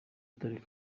atari